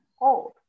old